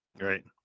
Right